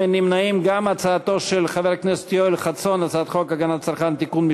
ההצעה להעביר את הצעת חוק הגנת הצרכן (תיקון,